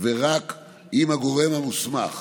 ורק אם הגורם המוסמך